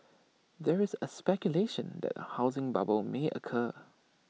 there is speculation that A housing bubble may occur